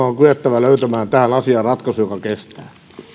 on kyettävä löytämään tähän asiaan ratkaisu joka kestää